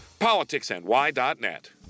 politicsny.net